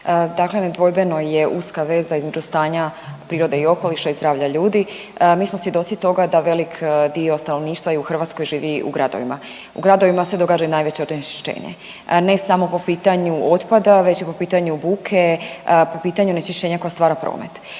dakle nedvojbeno je uska veza između stanja prirode i okoliša i zdravlja ljudi. Mi smo svjedoci toga da velik dio stanovništva i u Hrvatskoj živi u gradovima. U gradovima se događa i najveće onečišćenje ne samo po pitanju otpada već i po pitanju buke, po pitanju onečišćenja koja stvara promet.